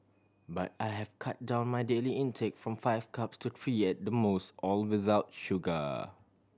but I have cut down my daily intake from five cups to three at the most all without sugar